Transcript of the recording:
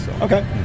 Okay